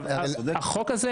רוצה.